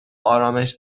آرامش